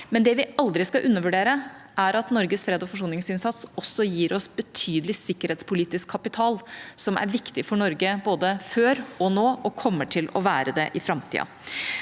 Men det vi aldri skal undervurdere, er at Norges freds- og forsoningsinnsats gir oss betydelig sikkerhetspolitisk kapital som er viktig for Norge, både før og nå – og kommer til å være det i framtida.